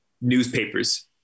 newspapers